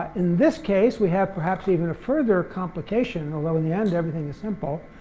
in this case, we have perhaps even a further complication although in the end everything is simple,